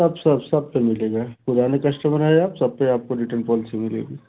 सब सब सब पर मिलेगा पुराने कश्टमर हैं आप सब पर आपको रिटर्न पॉलिसी मिलेगी